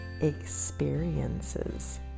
experiences